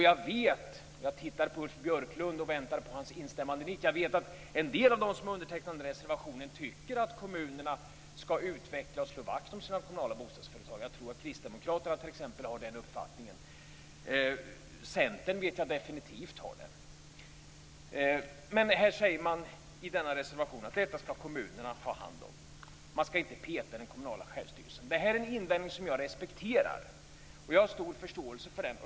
Jag vet - jag väntar på Ulf Björklunds instämmande nick - att en del av dem som har undertecknat den reservationen tycker att kommunerna skall slå vakt om och utveckla sina kommunala bostadsföretag. Jag tror att t.ex. Kristdemokraterna har den uppfattningen. Jag vet att Centern definitivt har den. Man säger i denna reservation att kommunerna skall ta hand om detta. Man skall inte peta i den kommunala självstyrelsen. Detta är en invändning som jag respekterar och har stor förståelse för.